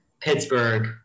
Pittsburgh